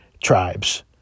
tribes